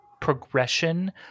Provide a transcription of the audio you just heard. progression